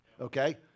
Okay